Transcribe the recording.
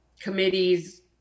committees